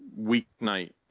weeknight